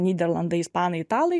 nyderlandai ispanai italai